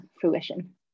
fruition